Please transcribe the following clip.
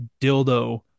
dildo